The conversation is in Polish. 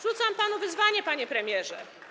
Rzucam panu wyzwanie, panie premierze.